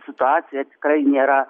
situacija tikrai nėra